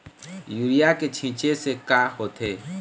Urea के छींचे से का होथे?